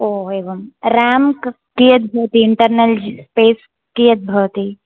ओ एवं रें कीयद्भवति इन्टर्नल् स्पेस् कीयद्भवति